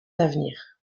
d’avenir